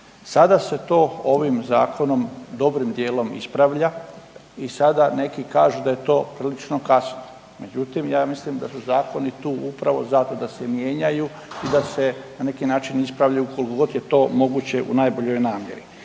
Sada se to ovim Zakonom dobrim dijelom ispravlja i sada neki kažu da je to prilično kasno. Međutim, ja mislim da su zakoni tu upravo zato da se mijenjaju i da se na neki način ispravljaju koliko god je to moguće u najboljoj namjeri.